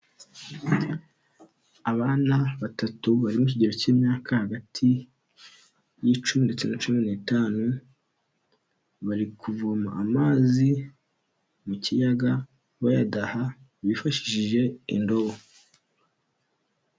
Abana batatu bari mu kigero cy'imyaka hagati y'icumi ndetse na cumi n'itanu, bari kuvoma amazi mu kiyaga bayadaha bifashishije indobo.